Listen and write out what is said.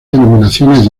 denominaciones